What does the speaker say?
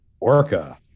orca